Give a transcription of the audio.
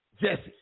Jesse